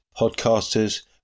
podcasters